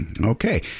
okay